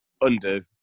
undo